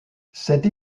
cette